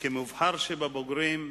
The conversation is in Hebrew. כמובחר שבבוגרים,